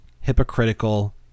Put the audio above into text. Hypocritical